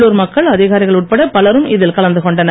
உள்ளூர் மக்கள் அதிகாரிகள் உட்பட பலரும் இதில் கலந்து கொண்டனர்